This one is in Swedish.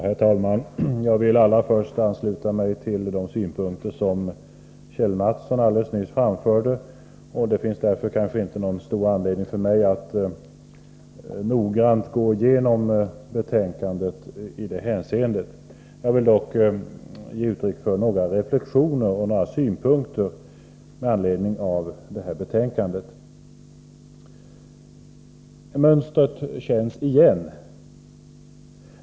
Herr talman! Jag vill allra först ansluta mig till de synpunkter som Kjell Mattsson alldeles nyss framförde. Det finns därför kanske inte någon större anledning för mig att noggrant gå igenom betänkandet i det hänseendet. Jag vill dock ge uttryck för några reflexioner och synpunkter med anledning av detta betänkande. Mönstret känns igen.